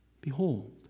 behold